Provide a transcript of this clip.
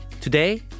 Today